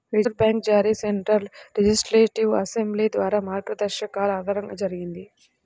reserve bank జారీ central legislative assembly ద్వారా మార్గదర్శకాల ఆధారంగా జరిగింది